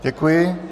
Děkuji.